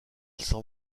s’en